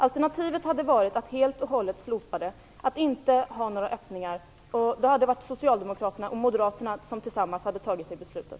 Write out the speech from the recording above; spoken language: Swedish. Alternativet hade varit att helt och hållet slopa det och inte ha några öppningar. Då hade det varit socialdemokraterna och moderaterna som tillsammans hade fattat det beslutet.